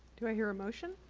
do i hear a motion?